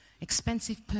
Expensive